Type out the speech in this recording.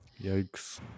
Yikes